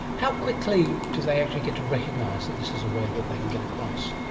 how quickly do they actually get to recognise that this is a way that they can get across?